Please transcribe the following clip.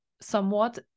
somewhat